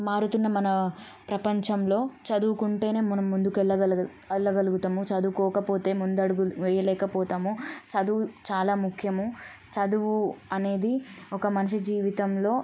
మారుతున్న మన ప్రపంచంలో చదువుకుంటేనే మనం ముందుకు వెళ్ళగ వెళ్ళలుగుతాము చదువుకోకపోతే ముందడుగు వెయ్యలేకపోతాము చదువు చాలా ముఖ్యము చదువు అనేది ఒక మనిషి జీవితంలో